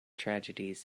tragedies